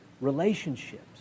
relationships